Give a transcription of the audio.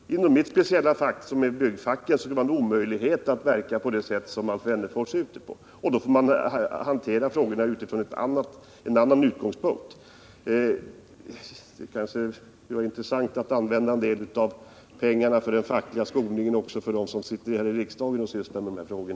Inom mitt fack — byggfacket — skulle det vara omöjligt att verka på det sätt som Alf Wennerfors här talar om, och då får man hantera frågorna från en annan utgångspunkt. Får jag till slut bara säga att det kanske skulle vara lämpligt att använda en del av anslagen för facklig skolning för några av dem som sitter i riksdagen och sysslar med dessa frågor.